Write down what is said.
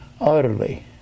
Utterly